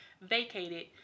vacated